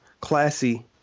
classy